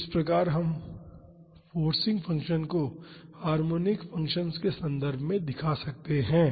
तो इस प्रकार हम फोर्सिंग फंक्शन को हार्मोनिक फंक्शन्स के संदर्भ में दिखा सकते हैं